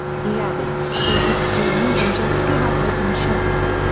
he added, they had to do more than just give up open shots.